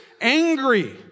angry